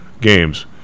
games